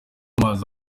amazi